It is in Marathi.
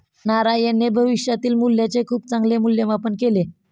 नारायणने भविष्यातील मूल्याचे खूप चांगले मूल्यमापन केले